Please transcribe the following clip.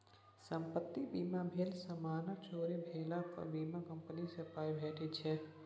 संपत्ति बीमा भेल समानक चोरी भेला पर बीमा कंपनी सँ पाइ भेटि जाइ छै